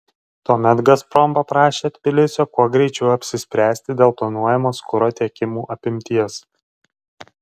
tuomet gazprom paprašė tbilisio kuo greičiau apsispręsti dėl planuojamos kuro tiekimų apimties